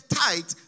tight